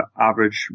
average